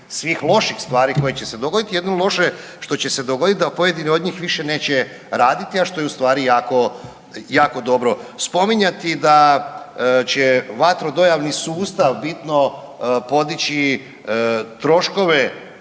svih loših stvari koje će se dogoditi. Jedino loše što će se dogoditi da pojedini od njih više neće raditi, a što je u stvari jako, jako dobro. Spominjati da će vatrodojavni sustav bitno podići troškove,